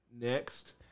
Next